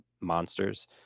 monsters